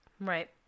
Right